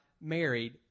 married